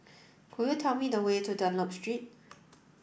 could you tell me the way to Dunlop Street